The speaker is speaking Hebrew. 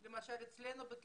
מה עם הילדים.